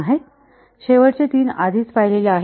शेवटचे तीन आधीच पाहिलेले आहेत